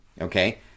okay